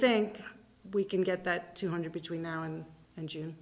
think we can get that two hundred between now and and